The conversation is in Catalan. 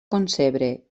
concebre